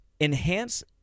enhance